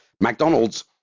McDonald's